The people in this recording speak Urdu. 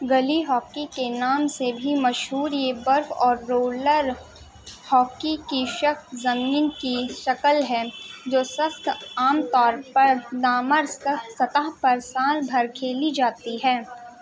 گلی ہاکی کے نام سے بھی مشہور یہ برف اور رولر ہاکی کی شک زمین کی شکل ہے جو سخت عام طور پر ڈامر سطح پر سال بھر کھیلی جاتی ہے